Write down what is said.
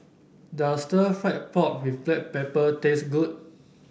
does stir fry pork with Black Pepper taste good